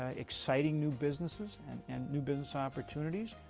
ah exciting new businesses and new business opportunities.